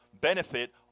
benefit